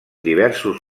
diversos